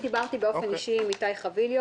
אני דיברתי באופן אישי עם איתי חביליו,